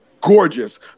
gorgeous